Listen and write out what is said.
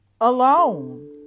alone